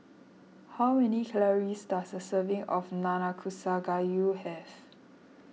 how many calories does a serving of Nanakusa Gayu have